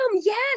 Yes